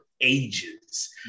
ages